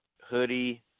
hoodie